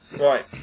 Right